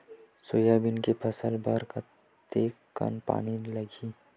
Soybean के फसल बर कतेक कन पानी लगही?